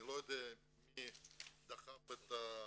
אני לא יודע מי דחף את התכנית,